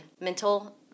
mental